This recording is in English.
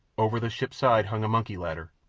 over the ship's side hung a monkey-ladder,